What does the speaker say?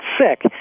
sick